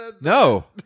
No